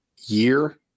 year